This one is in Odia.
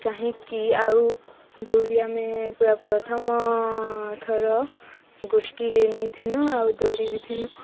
ଚାହିଁକି ଆଉ ଦୌଡ଼ି ଆମେ ପ୍ରଥମଥର ଗୋଷ୍ଠୀରେ ନେଇଥିନୁ ଆଉ ଦୌଡ଼ି ବି ଥିନୁ